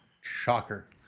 Shocker